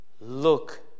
look